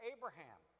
Abraham